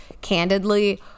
candidly